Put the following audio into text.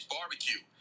Barbecue